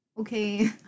Okay